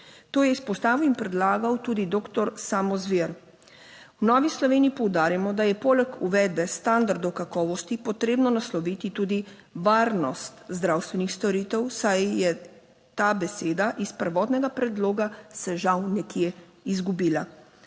To je izpostavil in predlagal tudi doktor Samo Zver. V Novi Sloveniji poudarjamo, da je poleg uvedbe standardov kakovosti potrebno nasloviti tudi varnost zdravstvenih storitev, saj je ta beseda iz prvotnega predloga se, žal, nekje izgubila.